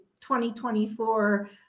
2024